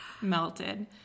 Melted